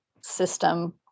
system